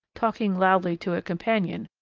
talking loudly to a companion,